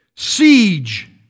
Siege